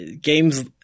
games